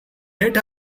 let